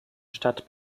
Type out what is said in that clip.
stadt